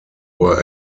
were